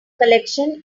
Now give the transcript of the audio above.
collection